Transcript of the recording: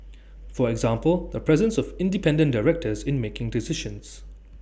for example the presence of independent directors in making decisions